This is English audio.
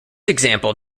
example